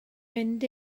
mynd